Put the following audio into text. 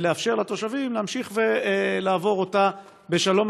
ולאפשר לתושבים להמשיך ולעבור אותה בשלום,